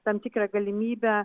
tam tikrą galimybę